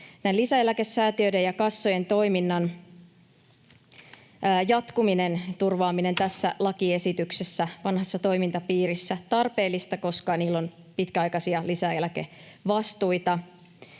Lisäeläkesäätiöiden ja -kassojen toiminnan jatkuminen ja turvaaminen tässä lakiesityksessä, vanhassa toimintapiirissä, ovat tarpeellisia, koska niillä on pitkäaikaisia lisäeläkevastuita.